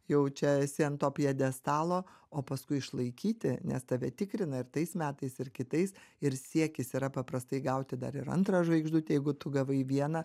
jau čia esi ant to pjedestalo o paskui išlaikyti nes tave tikrina ir tais metais ir kitais ir siekis yra paprastai gauti dar ir antrą žvaigždutę jeigu tu gavai vieną